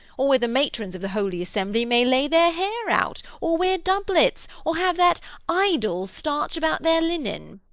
or whether matrons of the holy assembly may lay their hair out, or wear doublets, or have that idol starch about their linen.